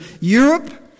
Europe